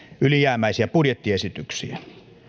ylijäämäisiä budjettiesityksiä